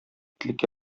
итлек